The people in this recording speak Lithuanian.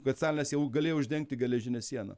kad stalinas jau galėjo uždengti geležinę sieną